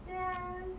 对啊